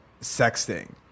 sexting